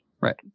Right